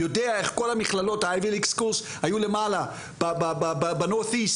יודע איך כל המכללות היו למעלה בצפון מזרח,